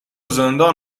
زندان